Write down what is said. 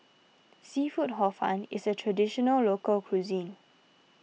Seafood Hor Fun is a Traditional Local Cuisine